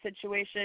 situation